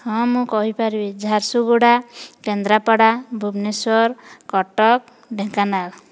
ହଁ ମୁଁ କହିପାରିବି ଝାରସୁଗୁଡ଼ା କେନ୍ଦ୍ରାପଡ଼ା ଭୁବନେଶ୍ୱର କଟକ ଢେଙ୍କାନାଳ